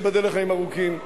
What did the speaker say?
שייבדל לחיים ארוכים,